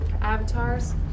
Avatars